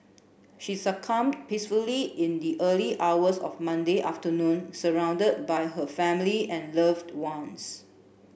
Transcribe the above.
she succumbed peacefully in the early hours of Monday afternoon surrounded by her family and loved ones